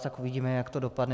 Tak uvidíme, jak to dopadne.